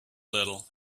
little